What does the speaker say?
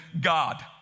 God